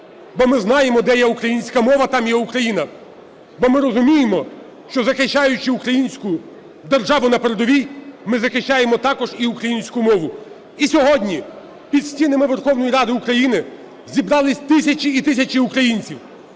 бо ми знаємо, де є українська мова, там є Україна, бо ми розуміємо, що захищаючи українську державу на передовій, ми захищаємо також і українську мову. І сьогодні під стінами Верховної Ради України зібралися тисячі і тисячі українців